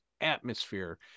atmosphere